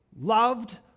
loved